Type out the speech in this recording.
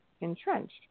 entrenched